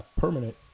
permanent